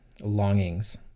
Longings